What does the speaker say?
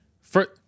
for-